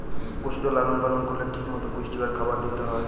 পশুদের লালন পালন করলে ঠিক মতো পুষ্টিকর খাবার দিতে হয়